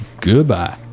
goodbye